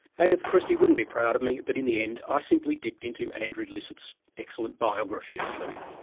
agatha christie wouldn't be proud of me but in the end i simply dipped into andrew lycett's excellent biography of fleming.